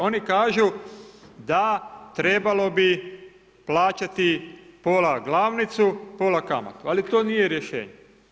Oni kažu da trebalo bi plaćati pola glavnicu, pola kamatu. ali to nije rješenje.